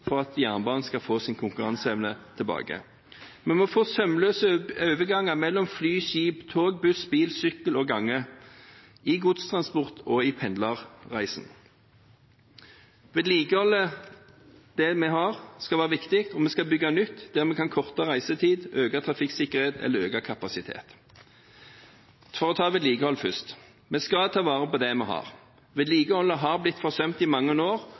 for at jernbanen skal få sin konkurranseevne tilbake. Vi må få sømløse overganger mellom fly, skip, tog, buss, bil, sykkel og gange i godstransport og i pendlerreisen. Å vedlikeholde det vi har, skal være viktig. Vi skal bygge nytt der vi kan korte ned reisetid, øke trafikksikkerhet eller øke kapasitet. For å ta vedlikehold først: Vi skal ta vare på det vi har. Vedlikeholdet har blitt forsømt i mange år.